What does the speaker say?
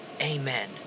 Amen